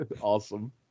Awesome